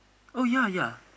oh ya ya